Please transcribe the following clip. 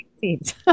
seeds